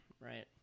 right